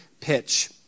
pitch